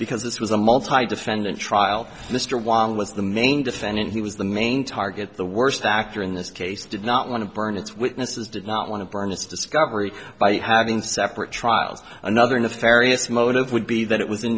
because this was a multi defendant trial mr wong was the main defendant he was the main target the worst actor in this case did not want to burn its witnesses did not want to burn this discovery by having separate trials another nefarious motive would be that it was in